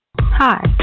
Hi